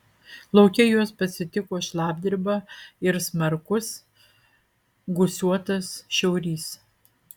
lauke juos pasitiko šlapdriba ir smarkus gūsiuotas šiaurys